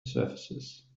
surfaces